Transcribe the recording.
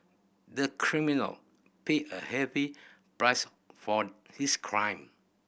the criminal paid a heavy price for his crime